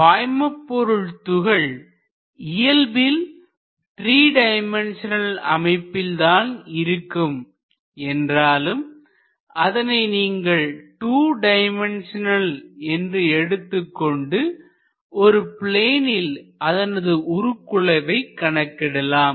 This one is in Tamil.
பாய்மபொருள் துகள் இயல்பில் 3 டைமென்ஷநல் அமைப்பில் தான் இருக்கும் என்றாலும் அதனை நீங்கள் 2 டைமென்ஷநல் என்று எடுத்துக்கொண்டு ஒரு ப்ளேனில் அதனது உருகுலைவை கணக்கிடலாம்